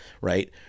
Right